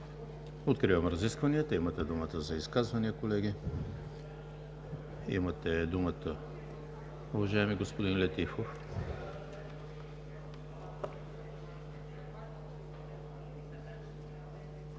Откривам разискванията. Имате думата за изказвания, колеги. Имате думата, уважаеми господин Летифов.